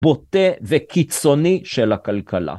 בוטה וקיצוני של הכלכלה.